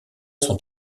sont